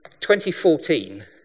2014